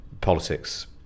politics